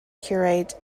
curate